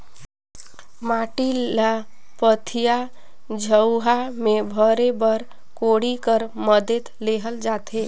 माटी ल पथिया, झउहा मे भरे बर कोड़ी कर मदेत लेहल जाथे